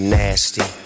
nasty